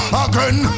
again